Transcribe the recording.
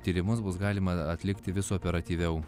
tyrimus bus galima atlikti vis operatyviau